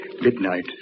midnight